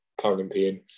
Paralympian